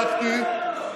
לצחוק?